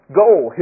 goal